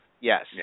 Yes